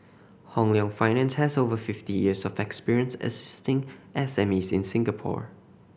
Hong Leong Finance has over fifty years of experience assisting S M Es in Singapore